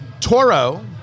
Toro